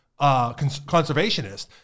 conservationist